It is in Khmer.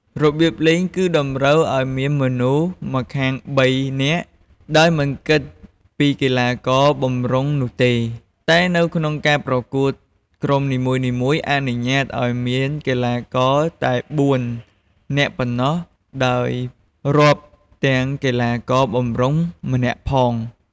របៀបលេង គឺតម្រូវអោយមានមនុស្សម្ខាង ៣ នាក់ដោយមិនគិតពីកីឡាករបម្រុងនោះទេ តែនៅក្នុងការប្រកួតក្រុមនីមួយៗអនុញ្ញាតឲ្យមានកីឡាករតែ ៤ នាក់ប៉ុណ្ណោះដោយរាប់ទាំងកីឡាករបម្រុងម្នាក់ផង ។